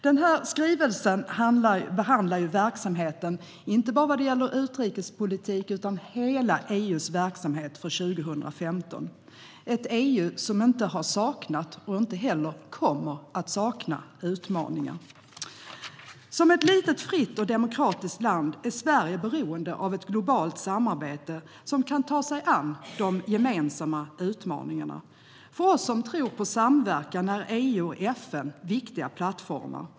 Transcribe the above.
Denna skrivelse behandlar verksamheten, inte bara vad gäller utrikespolitiken utan hela EU:s verksamhet för 2015 - ett EU som inte har saknat och inte heller kommer att sakna utmaningar. Som ett litet, fritt och demokratiskt land är Sverige beroende av ett globalt samarbete som kan ta sig an de gemensamma utmaningarna. För oss som tror på samverkan är EU och FN viktiga plattformar.